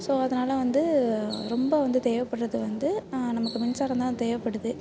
so அதனால வந்து ரொம்ப வந்து தேவைப்பட்றது வந்து நமக்கு மின்சாரம் தான் தேவைப்படுது